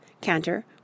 canter